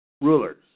rulers